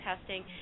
testing